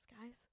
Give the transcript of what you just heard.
guys